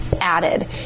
added